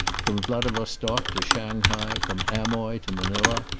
from vladivostok to shanghai, from amoy to manila,